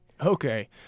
Okay